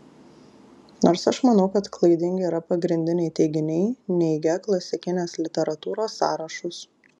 nors aš manau kad klaidingi yra pagrindiniai teiginiai neigią klasikinės literatūros sąrašus